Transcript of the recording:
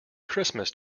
christmas